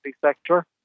sector